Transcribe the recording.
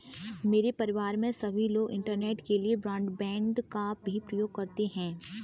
मेरे परिवार में सभी लोग इंटरनेट के लिए ब्रॉडबैंड का भी प्रयोग करते हैं